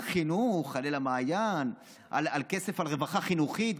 על חינוך, על אל המעיין, על רווחה חינוכית.